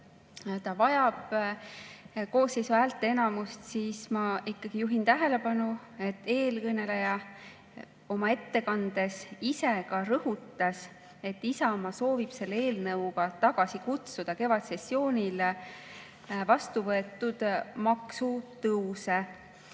see vajab koosseisu häälteenamust, siis ma juhin tähelepanu, et eelkõneleja oma ettekandes ise ka rõhutas, et Isamaa soovib selle eelnõuga tagasi kutsuda kevadsessioonil vastu võetud maksutõuse.